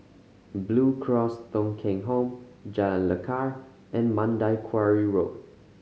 Blue Cross Thong Kheng Home Jalan Lekar and Mandai Quarry Road